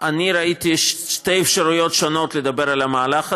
אני ראיתי שתי אפשרויות שונות לדבר על המהלך הזה.